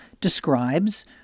describes